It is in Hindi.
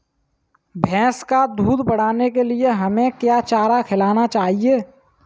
भैंस का दूध बढ़ाने के लिए हमें क्या चारा खिलाना चाहिए?